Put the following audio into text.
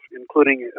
including